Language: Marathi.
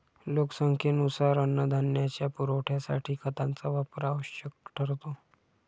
लोकसंख्येनुसार अन्नधान्याच्या पुरवठ्यासाठी खतांचा वापर आवश्यक ठरतो